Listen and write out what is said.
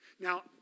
Now